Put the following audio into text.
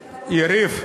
יריב,